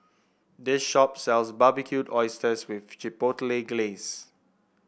this shop sells Barbecued Oysters with Chipotle Glaze